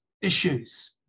issues